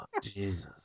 Jesus